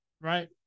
right